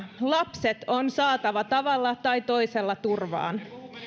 lapset on saatava tavalla tai toisella turvaan